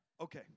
Okay